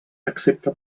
excepte